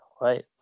right